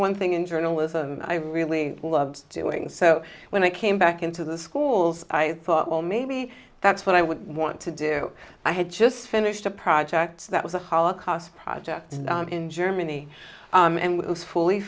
one thing in journalism i really loved doing so when i came back into the schools i thought well maybe that's what i would want to do i had just finished a project that was a holocaust project in germany and was fully